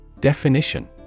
Definition